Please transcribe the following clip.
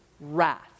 wrath